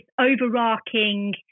overarching